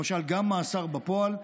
למשל גם מאסר בפועל,